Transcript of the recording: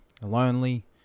lonely